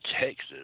Texas